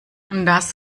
das